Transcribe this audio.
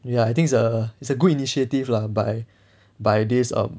ya I think it's a it's a good initiative lah by by this err